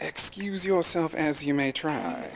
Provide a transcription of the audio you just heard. excuse yourself as you may try